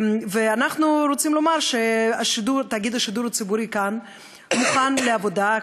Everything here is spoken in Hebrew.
אנחנו רוצים לומר שתאגיד השידור הציבורי "כאן" מוכן לעבודה,